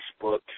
Facebook